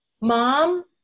mom